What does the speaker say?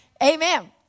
Amen